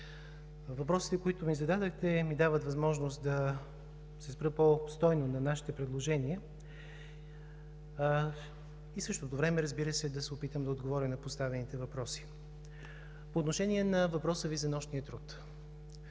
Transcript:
въпросите, които ми зададохте, ми дават възможност да се спра по-обстойно на нашите предложения. Разбира се, в същото време да се опитам да отговоря на поставените въпроси. По отношение на въпроса Ви за нощния труд.